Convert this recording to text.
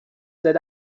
that